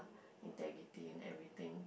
integrity and everything